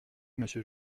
monsieur